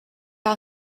our